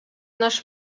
nasz